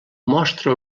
mostra